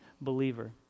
believer